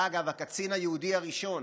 ואגב, הקצין היהודי הראשון